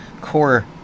core